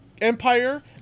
empire